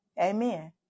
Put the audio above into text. Amen